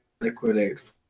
liquidate